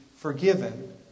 forgiven